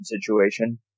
situation